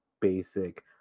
basic